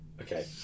okay